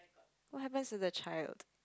what happens to the child